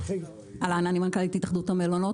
אהלן, אני מנכ"לית התאחדות המלונות.